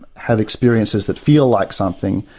have experiences that feel like something,